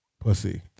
Pussy